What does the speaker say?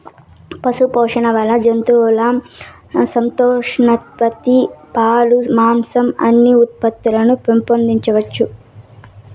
పశుపోషణ వల్ల జంతువుల సంతానోత్పత్తి, పాలు, మాంసం, ఉన్ని ఉత్పత్తులను పెంచవచ్చును